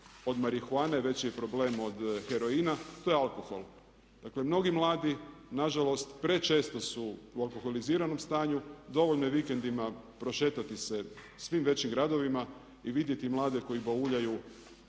od marihuane, veći je problem od heroina to je alkohol. Dakle, mnogi mladi na žalost prečesto su u alkoholiziranom stanju. Dovoljno je vikendima prošetati se svim većim gradovima i vidjeti mlade koji bauljaju